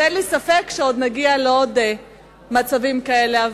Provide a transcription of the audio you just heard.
ואין לי ספק שנגיע לעוד מצבים כאלה.